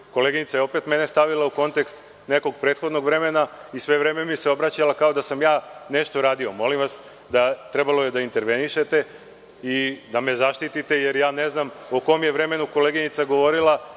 Koleginica je opet mene stavila u kontekst nekog prethodnog vremena i sve vreme mi se obraćala kao da sam ja nešto uradio. Molim vas, trebalo je da intervenišete i da me zaštitite, jer ja ne znam u kom je vremenu koleginica govorila,